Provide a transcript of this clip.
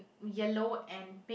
yellow and pink